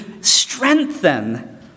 strengthen